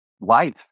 life